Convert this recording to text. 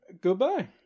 goodbye